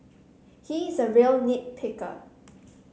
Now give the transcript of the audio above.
he is a real nit picker